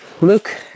look